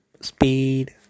speed